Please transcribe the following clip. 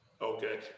Okay